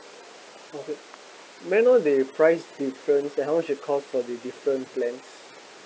okay may I know the price difference and how much it cost for the different plans